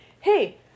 hey